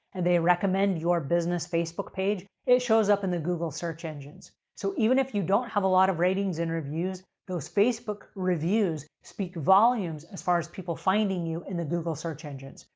and they recommend your business facebook page, it shows up in the google search engines. so, even if you don't have a lot of ratings and reviews, those facebook reviews speak volumes as far as people finding you in the google search engines.